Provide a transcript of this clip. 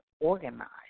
organized